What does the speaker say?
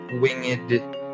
winged